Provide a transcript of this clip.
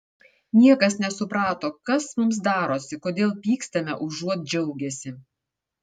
niekas nesuprato kas mums darosi kodėl pykstame užuot džiaugęsi